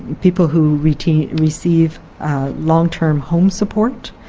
people who receive receive long-term home support,